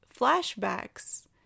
flashbacks